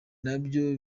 nabyo